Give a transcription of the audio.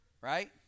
Right